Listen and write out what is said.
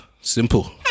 Simple